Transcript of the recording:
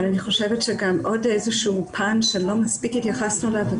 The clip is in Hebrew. אני חושבת שגם עוד איזשהו פן שלא מספיק התייחסנו אליו זה